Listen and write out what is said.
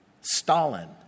Stalin